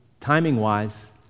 timing-wise